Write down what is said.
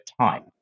time